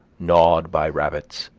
gnawed by rabbits,